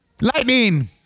Lightning